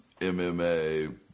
MMA